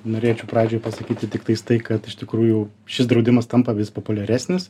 norėčiau pradžioj pasakyti tiktais tai kad iš tikrųjų šis draudimas tampa vis populiaresnis